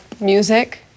Music